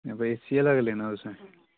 बा ए सी आह्ला गै लैना तुसें